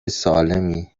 سالمی